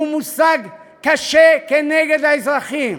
הוא מושג קשה כנגד האזרחים.